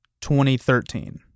2013